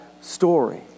story